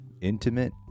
intimate